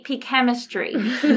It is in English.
chemistry